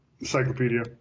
Encyclopedia